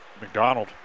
McDonald